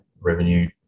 revenue